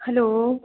hello